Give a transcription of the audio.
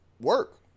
work